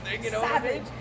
savage